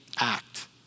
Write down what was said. act